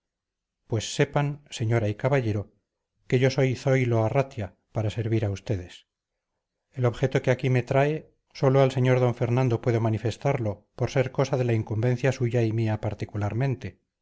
pues sepan señora y caballero que yo soy zoilo arratia para servir a ustedes el objeto que aquí me trae sólo al sr d fernando puedo manifestarlo por ser cosa de la incumbencia suya y mía particularmente